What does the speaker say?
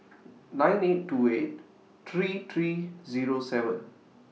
nine eight two eight three three Zero seven